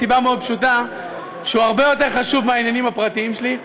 מסיבה מאוד פשוטה: הוא הרבה יותר חשוב מהעניינים הפרטיים שלי.